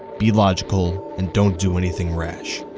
be logical and don't do anything rash.